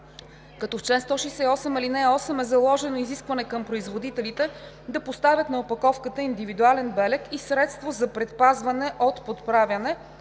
като в чл. 168, ал. 8 е заложено изискване към производителите да поставят на опаковката индивидуален белег и средство за предпазване от подправяне,